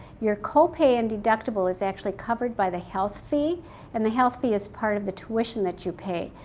your copay and deductible is actually covered by the health fee and the health fee is part of the tuition that you pay.